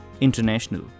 International